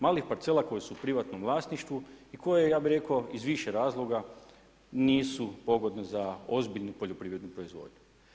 Malih parcela koje su u privatnom vlasništvu i koje ja bih rekao iz više razloga nisu pogodne za ozbiljnu poljoprivrednu proizvodnju.